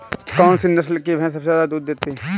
कौन सी नस्ल की भैंस सबसे ज्यादा दूध देती है?